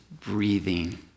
breathing